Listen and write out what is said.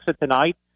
tonight